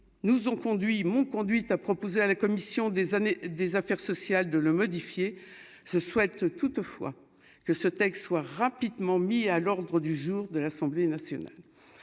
nous ont conduit m'conduit à proposer à la commission des années, des affaires sociales de le modifier ce souhaite toutefois que ce texte soit rapidement mis à l'ordre du jour de l'Assemblée nationale